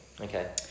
okay